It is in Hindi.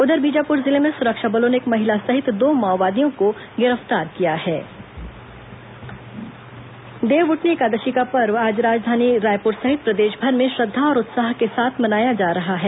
उधर बीजापुर जिले में सुरक्षा बलों ने एक महिला सहित दो माओवादियों को गिरफ्तार किया ळें देवउठनी एकादशी देवउठनी एकादशी का पर्व आज राजधानी रायपुर सहित प्रदेशभर में श्रद्धा और उत्साह के साथ मनाया जा रहा है